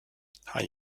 han